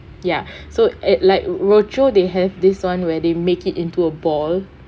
ya so at like rochor they have this [one] where they make it into a ball